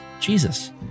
Jesus